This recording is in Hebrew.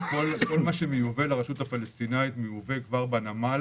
כל מה שמיובא לרשות הפלסטינית מיובא כבר בנמל